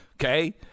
Okay